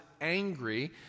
angry